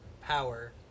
power